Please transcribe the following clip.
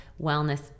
Wellness